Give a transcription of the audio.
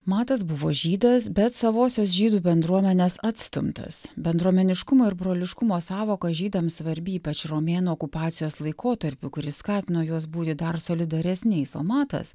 matas buvo žydas bet savosios žydų bendruomenės atstumtas bendruomeniškumo ir broliškumo sąvoka žydams svarbi ypač romėnų okupacijos laikotarpiu kuris skatino juos būti dar solidaresniais o matas